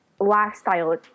lifestyle